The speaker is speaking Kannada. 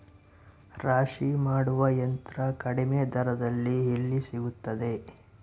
ರಾಶಿ ಮಾಡುವ ಯಂತ್ರ ಕಡಿಮೆ ದರದಲ್ಲಿ ಎಲ್ಲಿ ಸಿಗುತ್ತದೆ?